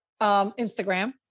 Instagram